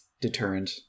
deterrent